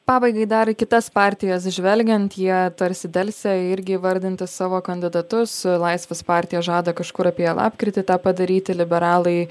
pabaigai dar į kitas partijas žvelgiant jie tarsi delsia irgi įvardinti savo kandidatus laisvės partija žada kažkur apie lapkritį tą padaryti liberalai